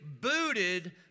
booted